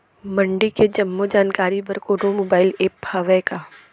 मंडी के जम्मो जानकारी बर कोनो मोबाइल ऐप्प हवय का?